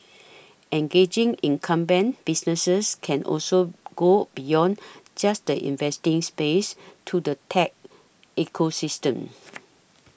engaging incumbent businesses can also go beyond just the investing space to the tech ecosystem